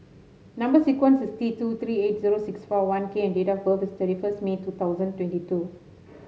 number sequence is T two three eight zero six four one K and date of birth is thirty first May two thousand twenty two